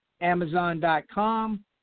Amazon.com